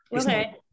Okay